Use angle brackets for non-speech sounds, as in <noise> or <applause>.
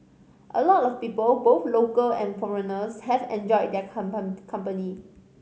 a lot of people both local and foreigners have enjoyed their <unintelligible> company